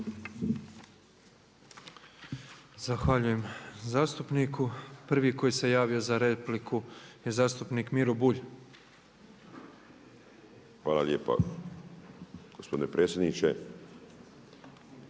Zahvaljujem zastupniku. Prvi koji se javio za repliku je zastupnik Miro Bulj. **Bulj, Miro (MOST)** Hvala lijepa gospodine predsjedniče.